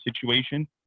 situation